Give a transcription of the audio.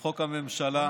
לחוק הממשלה,